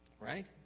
right